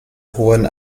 hohen